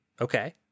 Okay